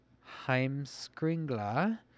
Heimskringla